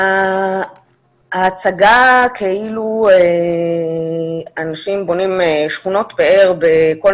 ההצגה כאילו אנשים בונים שכונות פאר בכל